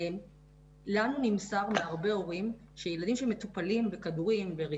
לנו נמסר מהרבה הורים שילדים שמטופלים בכדורים אטנד,